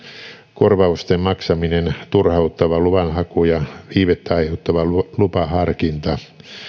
korvausten maksaminen turhauttava luvanhaku ja viivettä aiheuttava lupaharkinta